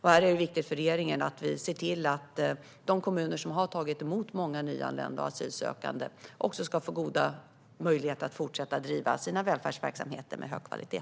Här är det ju viktigt för regeringen att vi ser till att de kommuner som har tagit emot många nyanlända och asylsökande också ska få goda möjligheter att fortsätta driva sina välfärdsverksamheter med hög kvalitet.